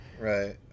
Right